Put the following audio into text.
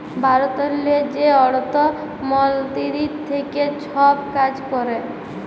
ভারতেরলে যে অর্থ মলতিরি থ্যাকে ছব কাজ ক্যরে